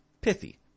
Pithy